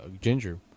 ginger